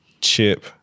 chip